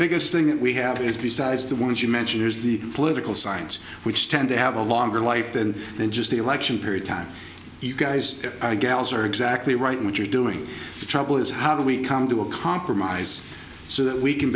biggest thing that we have is besides the ones you mention is the political science which tend to have a longer life than just the election period time you guys are gals are exactly right what you're doing the trouble is how do we come to a compromise so that we can